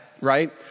Right